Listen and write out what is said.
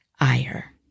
Iyer